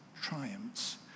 triumphs